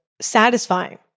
satisfying